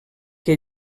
que